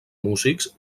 músics